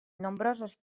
nombrosos